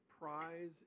prize